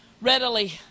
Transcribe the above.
readily